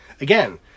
again